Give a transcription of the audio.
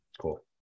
Cool